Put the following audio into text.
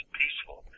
peaceful